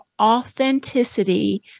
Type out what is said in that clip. authenticity